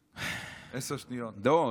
קמה, יושבת, קמה, יושבת, מה הבעיה?